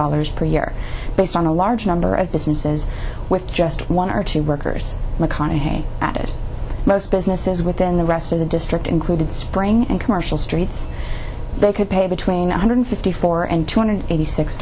dollars per year based on a large number of businesses with just one or two workers mcconaughey added most businesses within the rest of the district included spring and commercial streets they could pay between one hundred fifty four and two hundred eighty six